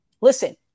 listen